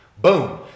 Boom